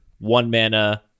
one-mana